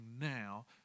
now